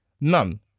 none